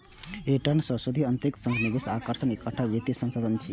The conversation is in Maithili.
रिटर्नक संशोधित आंतरिक दर निवेश के आकर्षणक एकटा वित्तीय साधन छियै